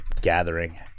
gathering